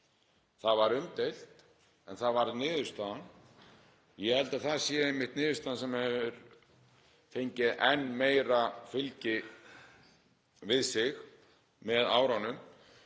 Það var umdeilt en varð niðurstaðan. Ég held að það sé einmitt niðurstaða sem hefur fengið enn meira fylgi við sig með árunum